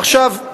עכשיו,